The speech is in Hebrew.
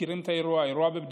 מכירים את האירוע, האירוע בבדיקה,